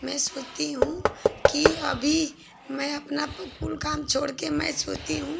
मैं सोचती हूँ कि अभी मैं अपना कुल काम छोड़कर मैं सोचती हूँ